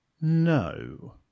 No